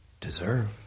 deserve